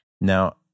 Now